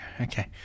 Okay